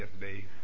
yesterday